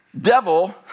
devil